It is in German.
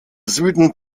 süden